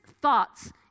thoughts